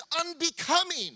unbecoming